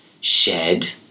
shed